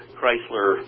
Chrysler